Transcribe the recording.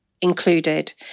included